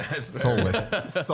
Soulless